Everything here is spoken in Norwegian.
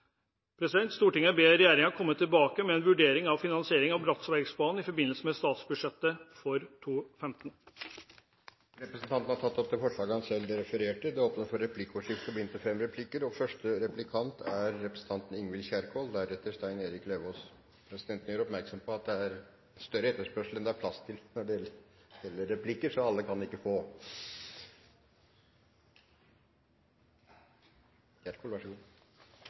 ber regjeringen komme tilbake med vurdering av finansiering av Bratsbergbanen i forbindelse med statsbudsjettet for 2015.» Representanten André N. Skjelstad har tatt opp det forslaget han refererte. Det blir replikkordskifte. Presidenten vil gjøre oppmerksom på at det er større etterspørsel etter replikker enn det er plass til, så alle kan ikke få. Representanten Skjelstad og Arbeiderpartiet deler oppfatningen om at vi skal ha tre folkevalgte nivå her i landet. Så